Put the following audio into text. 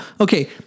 okay